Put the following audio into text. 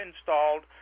installed